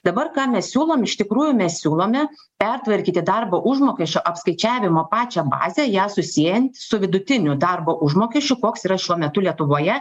dabar ką mes siūlom iš tikrųjų mes siūlome pertvarkyti darbo užmokesčio apskaičiavimo pačią bazę ją susiejant su vidutiniu darbo užmokesčiu koks yra šiuo metu lietuvoje